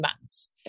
months